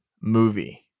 movie